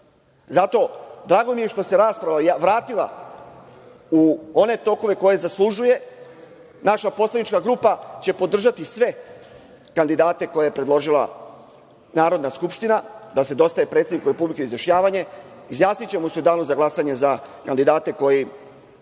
Zato mi je drago što se rasprava vratila u one tokove koje zaslužuje. Naša poslanička grupa će podržati sve kandidate koje je predložila Narodna skupština, da se dostavi predsedniku Republike na izjašnjavanje. Izjasnićemo se u danu za glasanje za kandidate koje